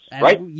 right